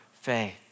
faith